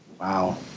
Wow